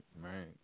right